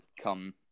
come